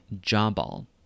Jabal